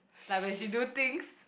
like when she do things